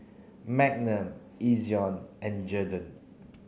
Magnum Ezion and Jergens